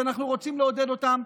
שאנחנו רוצים לעודד אותם,